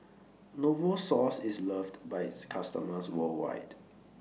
Novosource IS loved By its customers worldwide